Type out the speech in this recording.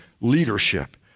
leadership